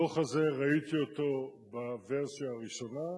הדוח הזה, ראיתי אותו בוורסיה הראשונה,